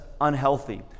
unhealthy